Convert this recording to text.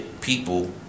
people